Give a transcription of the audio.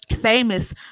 Famous